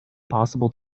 possible